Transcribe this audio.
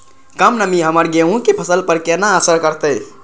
कम नमी हमर गेहूँ के फसल पर केना असर करतय?